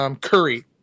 curry